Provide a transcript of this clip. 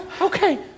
Okay